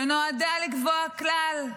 שנועדה לקבוע כלל,